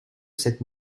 cette